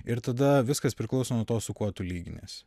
ir tada viskas priklauso nuo to su kuo tu lyginies